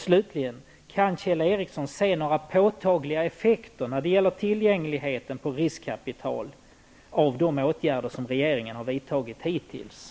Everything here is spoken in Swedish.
Slutligen: Kan Kjell Ericsson se några påtagliga effekter när det gäller tillgängligheten på riskvilligt kapital av de åtgärder som regeringen hittills har vidtagit?